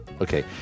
Okay